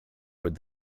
would